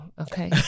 Okay